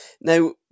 Now